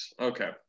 Okay